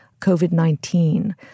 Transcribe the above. COVID-19